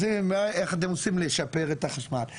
איך אתם עושים לשפר את החשמל?